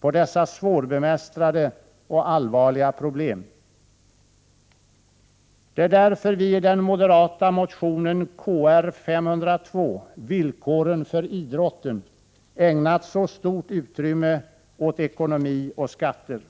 på dessa svårbemästrade och allvarliga problem.” Det är därför vi i den moderata motionen Kr502, "Villkoren för idrotten”, ägnat så stort utrymme åt ekonomi och skatter.